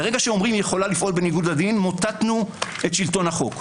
כשאומרים שיכולה מוטטנו את שלטון החוק.